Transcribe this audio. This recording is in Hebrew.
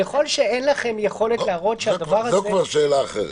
ככל שאין לכם יכולת להראות שהדבר הזה באמת --- זו כבר שאלה אחרת.